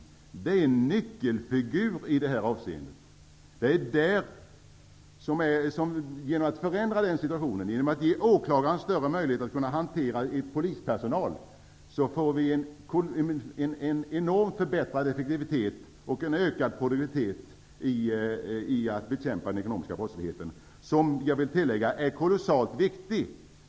Åklagaren är en nyckelperson i det här sammanhanget. Genom att förändra situationen och ge åklagaren större möjlighet att hantera polispersonal får vi en förbättrad effektivitet och ökad produktivitet när det gäller att bekämpa den ekonomiska brottsligheten. Det är kolossalt viktigt.